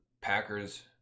Packers